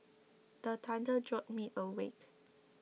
the thunder jolt me awake